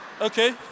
Okay